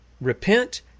Repent